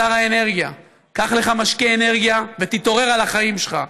שר האנרגיה: קח לך משקה אנרגיה ותתעורר על החיים שלך.